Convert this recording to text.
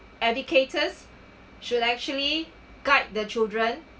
educators should actually guide the children